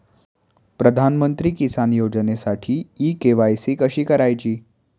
प्रधानमंत्री किसान योजनेसाठी इ के.वाय.सी कशी करायची?